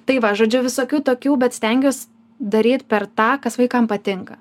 tai va žodžiu visokių tokių bet stengiuos daryt per tą kas vaikam patinka